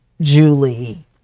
Julie